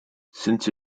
since